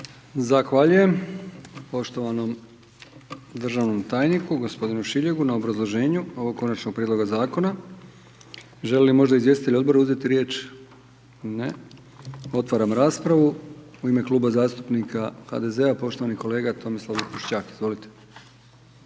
Zahvaljujem poštovanom državnom tajniku gospodinu Šiljegu na obrazloženju ovog Konačnog prijedloga Zakona. Želi li možda izvjestitelj Odbora uzeti riječ? Ne. Otvaram raspravu. U ime kluba zastupnika HDZ-a, poštovani kolega Tomislav Lipoščak, izvolite.